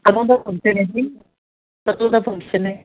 ਕਦੋਂ ਦਾ ਫੰਕਸ਼ਨ ਐ ਜੀ ਕਦੋਂ ਦਾ ਫੰਕਸ਼ਨ ਐ